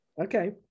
Okay